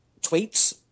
tweets